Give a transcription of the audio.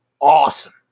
awesome